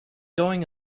going